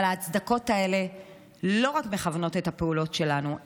אבל ההצדקות האלה לא רק מכוונות את הפעולות שלנו,